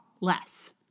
less